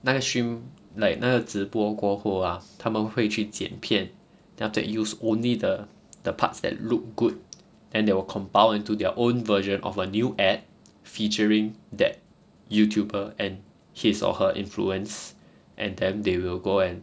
那个 stream like 那个直播过后啊他们会去剪片 then after that use only the the parts that look good and they will compiled into their own version of a new ad featuring that youtuber and his or her influence and then they will go and